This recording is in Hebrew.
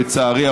לצערי,